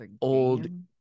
old